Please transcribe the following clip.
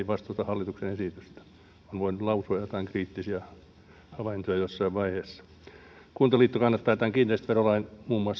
vastusta hallituksen esitystä voin lausua joitain kriittisiä havaintoja jossain vaiheessa kuntaliitto muun muassa siis ja paikalliset kunnat kannattavat tämän kiinteistöverolain